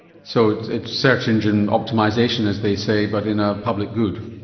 so it's it's search engine optimisation, as they say, but in a public good.